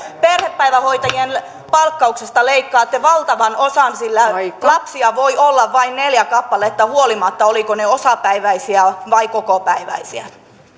perhepäivähoitajien palkkauksesta leikkaatte valtavan osan sillä lapsia voi olla vain neljä kappaletta huolimatta siitä olivatko he osapäiväisiä vai kokopäiväisiä